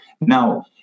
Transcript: Now